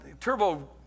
turbo